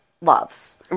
loves